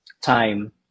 time